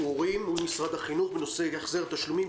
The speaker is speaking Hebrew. הורים מול משרד החינוך בנושא החזר תשלומים.